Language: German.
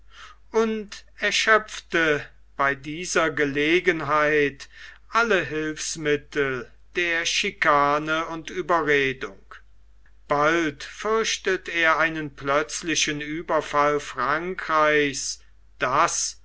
und erschöpfte bei dieser gelegenheit alle hilfsmittel der chikane und ueberredung bald fürchtet er einen plötzlichen ueberfall frankreichs das